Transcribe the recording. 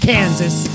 Kansas